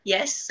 Yes